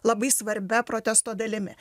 labai svarbia protesto dalimi